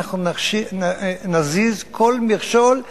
אנחנו נזיז כל מכשול,